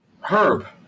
Herb